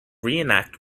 reenact